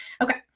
Okay